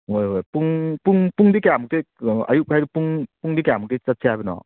ꯍꯣꯏ ꯍꯣꯏ ꯄꯨꯡ ꯄꯨꯡ ꯄꯨꯡꯗꯤ ꯀꯌꯥꯃꯨꯛꯇꯩ ꯑꯌꯨꯛ ꯍꯥꯏꯗꯣ ꯄꯨꯡ ꯄꯨꯡꯗꯤ ꯀꯌꯥꯃꯨꯛꯇꯩ ꯆꯠꯁꯦ ꯍꯥꯏꯕꯅꯣ